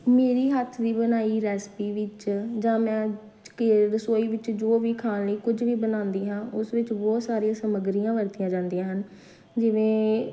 ਮੇਰੀ ਹੱਥ ਦੀ ਬਣਾਈ ਰੈਸਪੀ ਵਿੱਚ ਜਾਂ ਮੈਂ ਕਿ ਰਸੋਈ ਵਿੱਚ ਜੋ ਵੀ ਖਾਣ ਲਈ ਕੁਝ ਵੀ ਬਣਾਉਂਦੀ ਹਾਂ ਉਸ ਵਿੱਚ ਬਹੁਤ ਸਾਰੀਆਂ ਸਮੱਗਰੀਆਂ ਵਰਤੀਆਂ ਜਾਂਦੀਆਂ ਹਨ ਜਿਵੇਂ